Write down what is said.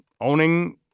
owning